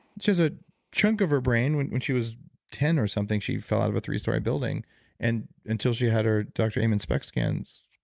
she a chunk of her brain when when she was ten or something, she fell out of a three-story building and until she had her dr. amen spec scans,